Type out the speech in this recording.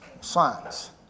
science